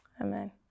Amen